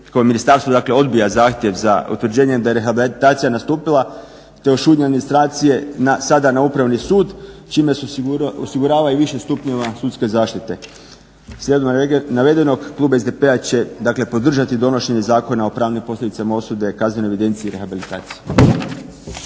kojim ministarstvo dakle odbija zahtjev za utvrđenjem da je rehabilitacija nastupila te o … /Govornik se ne razumije./… administracije sada na Upravni sud čime se osigurava i više stupnjeva sudske zaštite. Slijedom navedenog klub SDP-a će dakle podržati donošenje Zakona o pravnim posljedicama osude, kaznenoj evidenciji i rehabilitaciji.